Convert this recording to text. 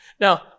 Now